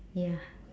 ya